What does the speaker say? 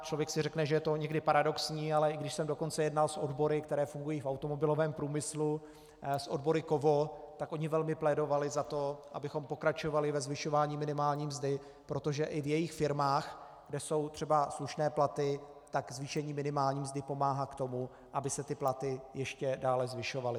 Člověk si možná řekne, že je to někdy paradoxní, ale když jsem dokonce jednal s odbory, které fungují v automobilovém průmyslu, s odbory Kovo, tak oni velmi plédovali za to, abychom pokračovali ve zvyšování minimální mzdy, protože i v jejich firmách, kde jsou třeba slušné platy, zvýšení minimální mzdy pomáhá tomu, aby se platy ještě dále zvyšovaly.